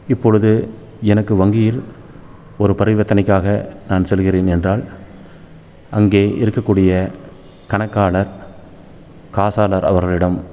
இப்பொழுது எனக்கு வங்கியில் ஒரு பரிவர்த்தனைக்காக நான் செல்கிறேன் என்றால் அங்கே இருக்கக்கூடிய கணக்காளர் காசாளர் அவர்களிடம்